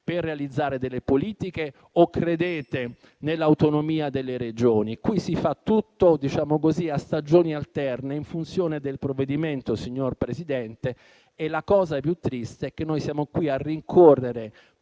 per realizzare delle politiche o credete nell'autonomia delle Regioni? Qui si fa tutto a stagioni alterne, in funzione del provvedimento, signor Presidente, e la cosa più triste è che noi siamo qui a rincorrere